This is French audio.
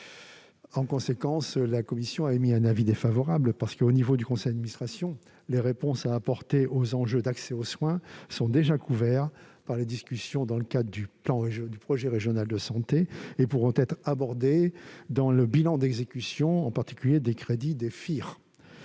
par ailleurs, par l'ARS, dans le cadre des zonages. Au niveau du conseil d'administration, les réponses à apporter aux enjeux d'accès aux soins sont déjà couvertes par les discussions dans le cadre du projet régional de santé et pourront être abordées dans le bilan d'exécution, en particulier des crédits des fonds